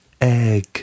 Egg